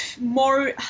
more